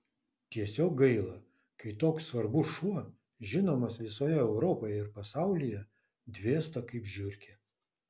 tiesiog gaila kai toks svarbus šuo žinomas visoje europoje ir pasaulyje dvėsta kaip žiurkė